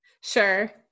Sure